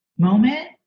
Moment